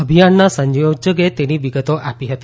અભિયાનના સંયોજકે તેની વિગતો આપી હતી